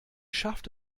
schafft